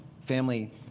family